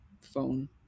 phone